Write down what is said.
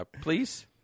Please